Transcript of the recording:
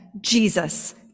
Jesus